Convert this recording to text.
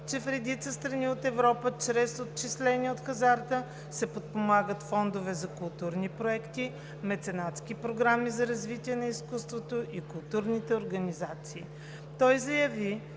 че в редица страни от Европа чрез отчисления от хазарта се подпомагат фондове за културни проекти, меценатски програми за развитие на изкуството и културните организации. Той заяви,